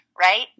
right